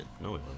no